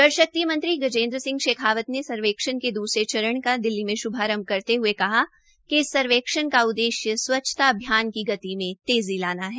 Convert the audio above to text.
जल शक्ति मंत्री गजेंद्र सिंह शेखावत ने सर्वेक्षण के दूसरे चरण का दिल्ली में श्भारंभ करते हये कहा कि इस सर्वेक्षण का उद्देश्य स्वच्छता अभियान की गति में तेज़ी लाना है